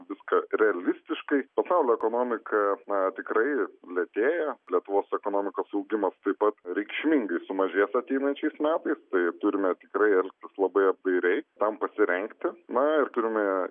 viską realistiškai pasaulio ekonomika na tikrai lėtėja lietuvos ekonomikos augimas taip pat reikšmingai sumažės ateinančiais metais tai turime tikrai elgtis labai apdairiai tam pasirengti na ir turime